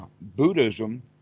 Buddhism